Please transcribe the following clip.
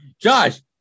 Josh